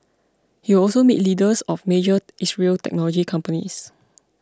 he will also meet leaders of major Israeli technology companies